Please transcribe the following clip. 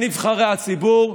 בין נבחרי הציבור,